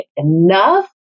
enough